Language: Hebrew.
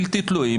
בלתי תלויים,